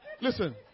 Listen